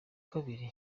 kabiri